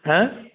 हा